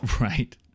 right